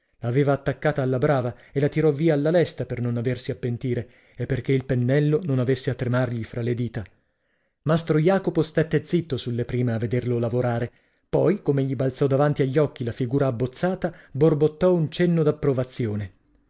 l'aveva attaccata alla brava e la tirò via alla lesta per non aversi a pentire e perchè il pennello non avesse a tremargli fra le dita mastro jacopo stette zitto sulle prime a vederlo lavorare poi come gli balzò davanti agli occhi la figura abbozzata borbottò un cenno d'approvazione